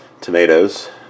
tomatoes